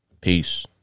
Peace